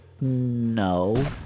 No